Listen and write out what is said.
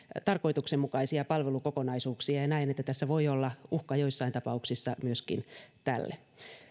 tarkoituksenmukaisia palvelukokonaisuuksia ja näen että tässä voi olla uhka joissain tapauksissa myöskin tälle